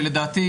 שלדעתי